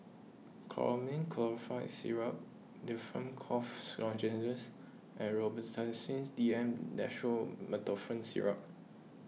Chlormine Chlorpheniramine Syrup Difflam Cough Lozenges and Robitussin D M Dextromethorphan Syrup